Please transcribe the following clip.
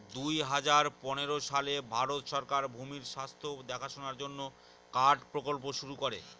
দুই হাজার পনেরো সালে ভারত সরকার ভূমির স্বাস্থ্য দেখাশোনার জন্য কার্ড প্রকল্প শুরু করে